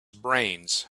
brains